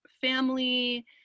family